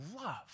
love